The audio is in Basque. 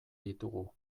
ditugu